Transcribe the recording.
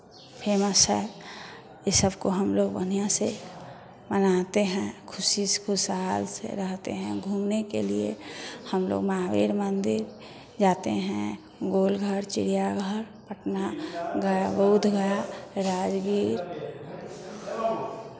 famous है ई सबको हम लोग बढ़ियाँ से मनाते हैं खुशी से खुशहाल से रहते हैं घूमने के लिए हम लोग महावीर मन्दिर जाते हैं गोलघर चिड़ियाघर पटना गया बोध गया राजगीर